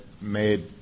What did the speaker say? made